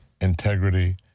integrity